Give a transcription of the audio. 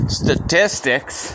statistics